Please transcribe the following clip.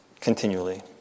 continually